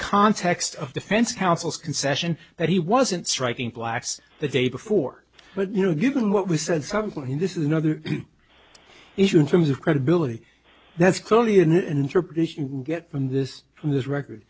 context of defense counsel's concession that he wasn't striking blacks the day before but you know given what was said somewhat in this is another issue in terms of credibility that's clearly an interpretation you get from this from this record